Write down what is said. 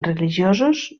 religiosos